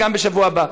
וגם בשבוע הבא.